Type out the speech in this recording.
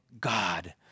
god